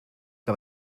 que